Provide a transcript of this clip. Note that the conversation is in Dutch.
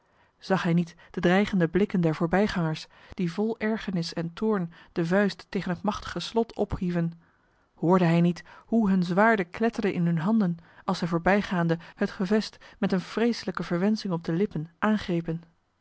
zag hij niet de dreigende blikken der voorbijgangers die vol ergernis en toorn de vuist tegen het machtige slot ophieven hoorde hij niet hoe hunne zwaarden kletterden in hunne handen als zij voorbijgaande het gerest met eene vreeselijke verwensching op de lippen aangrepen